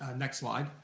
ah next slide.